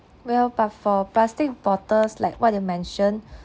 well but for plastic bottles like what you mentioned